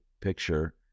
picture